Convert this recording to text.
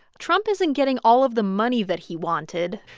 trump isn't getting all of the money that he wanted,